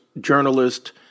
journalist